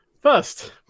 first